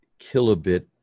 kilobit